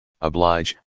oblige